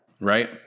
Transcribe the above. right